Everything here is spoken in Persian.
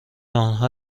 آنها